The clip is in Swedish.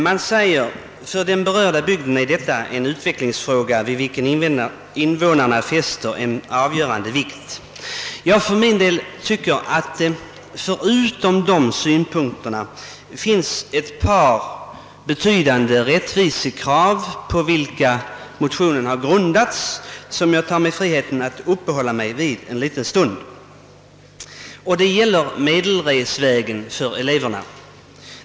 Man säger i fyrpartimotionen: »För den berörda bygden är detta en utvecklingsfråga, vid vilken invånarna fäster en avgörande vikt.» Jag för min del tycker att det förutom de synpunkterna finns ett par betydande rättvisekrav på vilka motionen har grundats och vilka jag tar mig friheten att uppehålla mig vid en liten stund. Det gäller medelresvägen för eleverna.